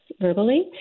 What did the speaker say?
verbally